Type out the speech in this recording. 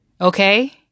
Okay